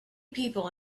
people